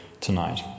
tonight